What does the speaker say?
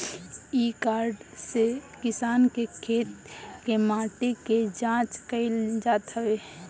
इ कार्ड से किसान के खेत के माटी के जाँच कईल जात हवे